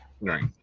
Right